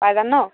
পাম ন